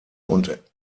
und